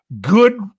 good